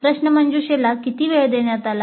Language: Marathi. प्रश्नमंजुषेला किती वेळ देण्यात आला